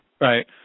Right